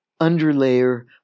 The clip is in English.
underlayer